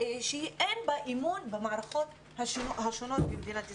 שאין בה אמון במערכות השונות במדינת ישראל.